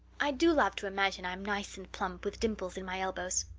i do love to imagine i'm nice and plump, with dimples in my elbows.